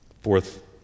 fourth